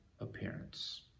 appearance